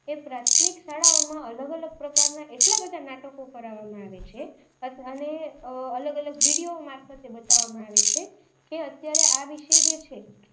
એ પ્રાથમિક શાળાઓમાં અલગ અલગ પ્રકારનાં એટલા બધાં નાટકો કરાવવામાં આવે છે અને અલગ અલગ વિડીયો મારફતે બતાવવામાં આવે છે કે અત્યારે આ વિશે જે છે